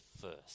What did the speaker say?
first